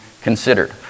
considered